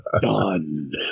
Done